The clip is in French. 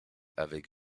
avec